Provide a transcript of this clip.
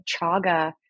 chaga